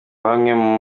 bamwe